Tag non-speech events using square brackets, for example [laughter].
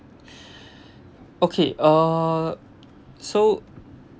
[breath] okay uh so